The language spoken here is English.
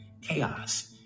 chaos